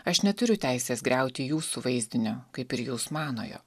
aš neturiu teisės griauti jūsų vaizdinio kaip ir jūs manojo